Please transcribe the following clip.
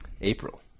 April